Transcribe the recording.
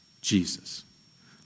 Jesus